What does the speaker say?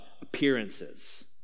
appearances